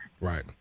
right